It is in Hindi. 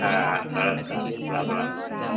हाँ सड़क का प्राब्लम है